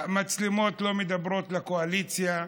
המצלמות לא מדברות לקואליציה,